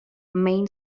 main